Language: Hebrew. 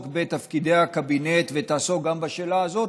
בתפקידי הקבינט ותעסוק גם בשאלה הזאת,